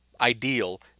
ideal